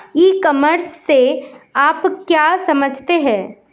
ई commerce से आप क्या समझते हो?